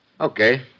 Okay